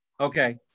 Okay